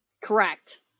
Correct